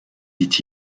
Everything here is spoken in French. dit